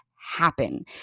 happen